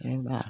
यही बात